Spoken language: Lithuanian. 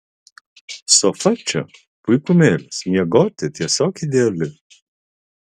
sofa čia puikumėlis miegoti tiesiog ideali